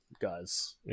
guys